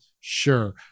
Sure